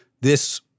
this-